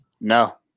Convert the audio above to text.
No